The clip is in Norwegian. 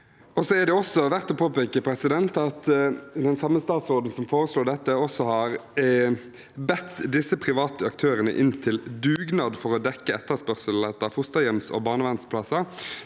Det er verdt å påpeke at den samme statsråden som foreslår dette, også har bedt disse private aktørene inn til dugnad for å dekke etterspørselen etter fosterhjemsog barnevernsplasser.